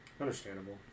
Understandable